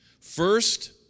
First